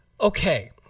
Okay